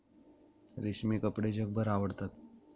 रेशमी कपडे जगभर आवडतात